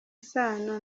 isano